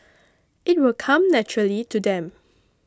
it'll come naturally to them